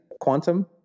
quantum